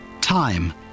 Time